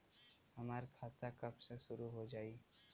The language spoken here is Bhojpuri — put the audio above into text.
हमार खाता कब से शूरू हो जाई?